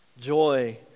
Joy